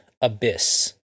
abyss